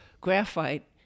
graphite